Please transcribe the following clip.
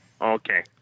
Okay